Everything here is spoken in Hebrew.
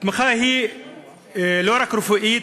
התמיכה היא לא רק רפואית,